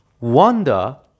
Wanda